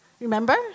Remember